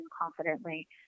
confidently